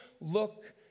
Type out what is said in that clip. look